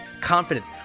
confidence